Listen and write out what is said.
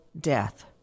death